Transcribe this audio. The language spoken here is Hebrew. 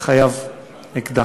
חייב שיהיה לו אקדח.